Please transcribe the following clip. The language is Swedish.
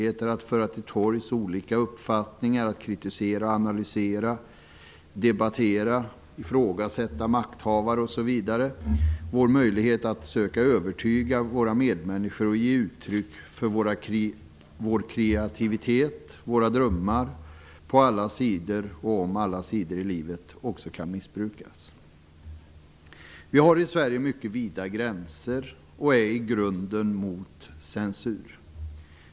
Det handlar om våra möjligheter att föra olika uppfattningar till torgs, att kritisera, att analysera, att debattera, att ifrågasätta makthavare, att söka övertyga våra medmänniskor och att ge uttryck för vår kreativitet och våra drömmar i alla skeden i livet. Vi har i Sverige mycket vida gränser och är i grunden mot censur.